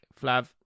flav